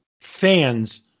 fans